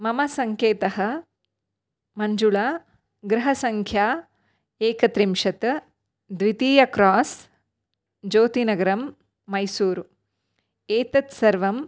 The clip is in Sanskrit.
मम सङ्केतः मञ्जुला गृहसंख्या एकत्रिंशत् द्वितीय क्रास् ज्योतिनगरं मैसूरु एतत् सर्वं